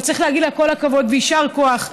אבל צריך להגיד לה כל הכבוד ויישר כוח,